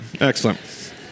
Excellent